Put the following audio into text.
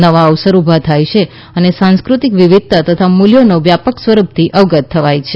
નવા અવસર ઊભા થાય છે અનેસાંસ્કૃતિ વિવિધતા તથા મૂલ્યોના વ્યાપક સ્વરૂપથી અવગત થવાય છે